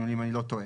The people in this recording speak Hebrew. אם אני לא טועה.